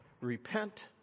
Repent